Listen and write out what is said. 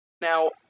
Now